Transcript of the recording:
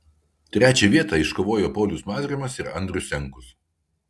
trečią vietą iškovojo paulius mazrimas ir andrius senkus